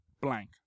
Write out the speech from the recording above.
Blank